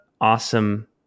awesome